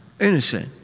innocent